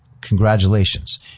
congratulations